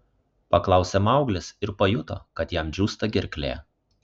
paklausė mauglis ir pajuto kad jam džiūsta gerklė